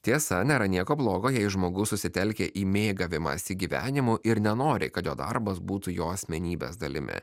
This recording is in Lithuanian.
tiesa nėra nieko blogo jei žmogus susitelkia į mėgavimąsi gyvenimu ir nenori kad jo darbas būtų jo asmenybės dalimi